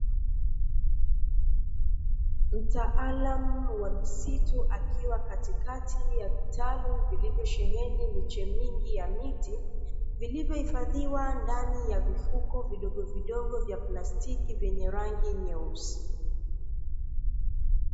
Mtaalamu wa misitu akiwa katikati ya vitalu, vilivyo sheheni miche mingi ya miti, vilivyohifadhiwa ndani ya vifuko vidogovidogo vya plastiki vyenye rangi nyeusi.